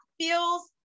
feels